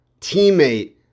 Teammate